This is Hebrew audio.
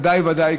ודאי ודאי,